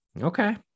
Okay